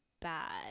bad